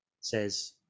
says